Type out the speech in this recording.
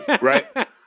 right